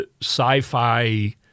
sci-fi